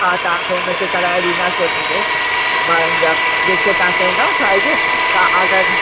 हा तव्हांखे उन ते कराए ॾींदासीं उन ते ॿारनि जा जेके तव्हां चवंदव साइज तव्हां ऑर्डर